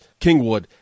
Kingwood